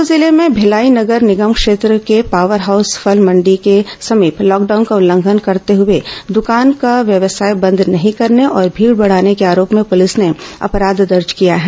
दूर्ग जिले में भिलाई नगर निगम क्षेत्र के पावर हाउस फल मण्डी के समीप लॉकडाउन का उल्लंघन करते हुए दुकान का व्यवसाय बंद नहीं करने और भीड़ बढ़ाने के आरोप में पुलिस ने अपराध दर्ज किया है